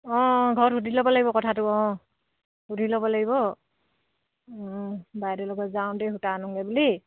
অঁ ঘৰত সুধি ল'ব লাগিব কথাটো অঁ সুধি ল'ব লাগিব বাইদেউৰ লগত যাওঁতেই সূতা আনোগে বুলি